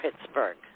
Pittsburgh